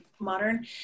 modern